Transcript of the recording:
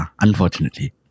unfortunately